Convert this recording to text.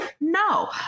No